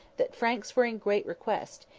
that franks were in great request,